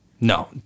No